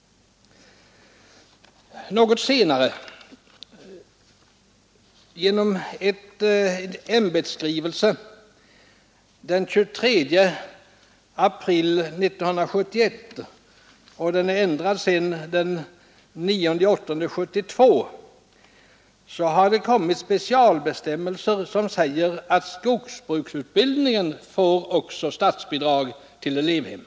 Något senare, genom en ämbetsskrivelse av den 23 april 1971 — den ändrades sedan den 9 augusti 1972 — har det kommit specialbestämmelser som säger att skogsbruksutbildningen också får statsbidrag till elevhem.